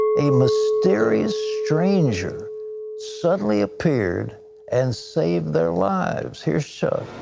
a mysterious stranger suddenly appeared and safe their lives. here so